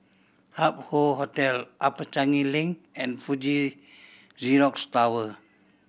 Hup Hoe Hotel Upper Changi Link and Fuji Xerox Tower